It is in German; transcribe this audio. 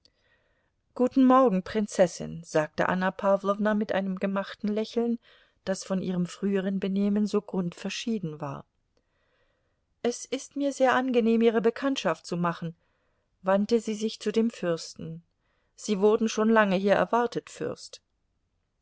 guten morgen prinzessin sagte anna pawlowna mit einem gemachten lächeln das von ihrem früheren benehmen so grundverschieden war es ist mir sehr angenehm ihre bekanntschaft zu machen wandte sie sich zu dem fürsten sie wurden schon lange hier erwartet fürst